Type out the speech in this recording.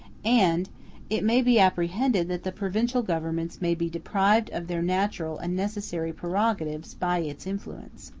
and it may be apprehended that the provincial governments may be deprived of their natural and necessary prerogatives by its influence.